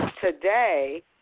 today